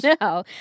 No